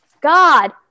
God